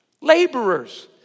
laborers